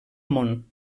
món